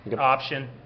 option